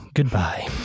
Goodbye